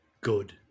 good